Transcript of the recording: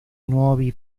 nuovi